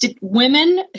Women